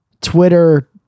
Twitter